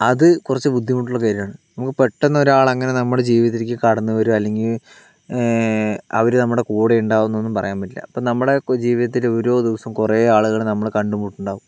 അത് കുറച്ച് ബുദ്ധിമുട്ടുള്ള കാര്യമാണ് നമുക്ക് പെട്ടന്ന് ഒരാള് അങ്ങനെ നമ്മുടെ ജീവിതത്തിലേക്ക് കടന്നുവരിക അല്ലെങ്കിൽ അവര് നമ്മുടെ കൂടെ ഉണ്ടാകുമെന്നൊന്നും പറയാൻ പറ്റില്ല ഇപ്പോൾ നമ്മളെ ജീവിതത്തില് ഓരോ ദിവസവും കുറേ ആളുകള് നമ്മള് കണ്ടുമുട്ടുന്നുണ്ടാവും